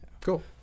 Cool